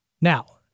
Now